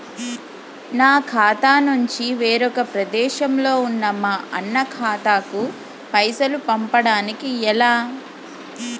నా ఖాతా నుంచి వేరొక ప్రదేశంలో ఉన్న మా అన్న ఖాతాకు పైసలు పంపడానికి ఎలా?